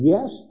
Yes